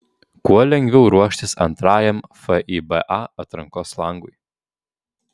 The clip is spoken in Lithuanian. kuo lengviau ruoštis antrajam fiba atrankos langui